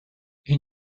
این